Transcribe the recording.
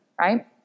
right